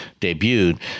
debuted